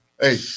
Hey